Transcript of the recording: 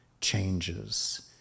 changes